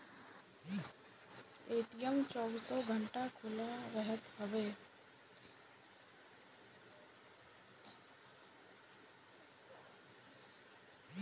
ATM चौबीसो घंटा खुलल रहत हवे